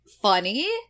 funny